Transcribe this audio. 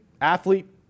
athlete